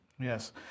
yes